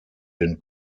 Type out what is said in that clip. den